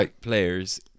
players